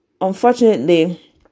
unfortunately